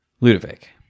Ludovic